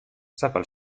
zapal